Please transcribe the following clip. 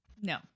No